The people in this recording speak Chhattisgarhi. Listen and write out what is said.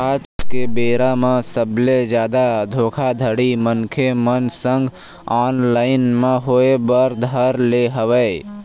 आज के बेरा म सबले जादा धोखाघड़ी मनखे मन संग ऑनलाइन म होय बर धर ले हवय